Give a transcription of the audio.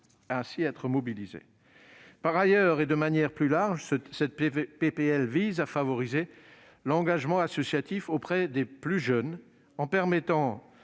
ainsi être mobilisées. Par ailleurs, et de manière plus large, cette proposition de loi vise à favoriser l'engagement associatif auprès des plus jeunes en permettant